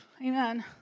Amen